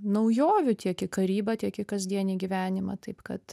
naujovių tiek į karybą tiek į kasdienį gyvenimą taip kad